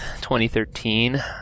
2013